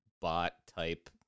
bot-type